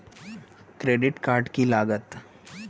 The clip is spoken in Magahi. क्रेडिट कार्ड की लागत?